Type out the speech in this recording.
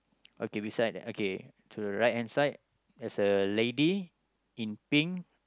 okay beside okay to the right hand side there's a lady in pink